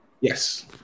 Yes